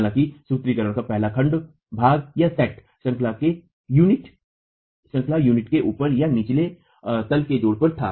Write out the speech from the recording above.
हालांकि सूत्रीकरण का पहला खंडभागसेट श्रंखलायूनिट के ऊपर या नीचे तल के जोड़ पर था